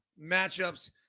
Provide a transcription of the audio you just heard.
matchups